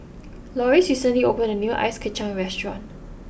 Loris recently opened a new Ice Kacang restaurant